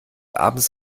abends